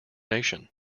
nation